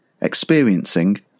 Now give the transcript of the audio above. experiencing